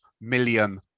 million